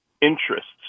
interests